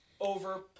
over